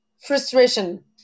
frustration